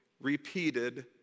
repeated